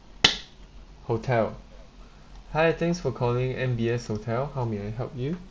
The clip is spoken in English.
hotel hi thanks for calling M_B_S hotel how may I help you